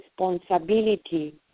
responsibility